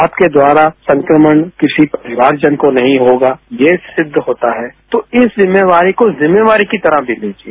आप के द्वारा संक्रमण किसी परिवार जन हो नहीं होगा यह सिद्ध होता है तो इस जिम्मेदारी को जिम्मेदारी भी लीजिए